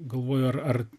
galvoju ar ar